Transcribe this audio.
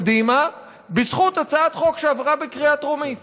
קדימה בזכות הצעת חוק שעברה בקריאה טרומית.